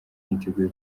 niteguye